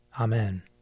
Amen